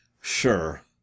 Sure